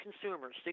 consumers